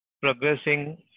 progressing